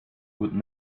would